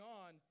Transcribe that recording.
on